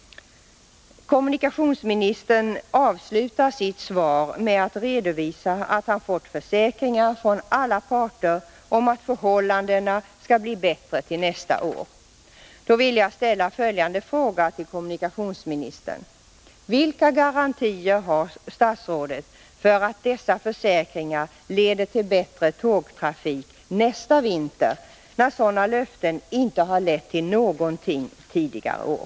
Kommunikationsministern avslutar sitt svar med att redovisa att han fått försäkringar från alla parter om att förhållandena skall bli bättre till nästa år. Då vill jag ställa följande fråga till kommunikationsministern: Vilka garantier har statsrådet för att dessa försäkringar leder till bättre tågtrafik nästa vinter, när sådana löften inte har lett till någonting tidigare år?